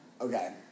Okay